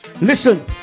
Listen